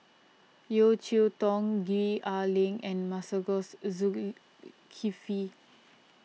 Yeo Cheow Tong Gwee Ah Leng and Masagos Zulkifli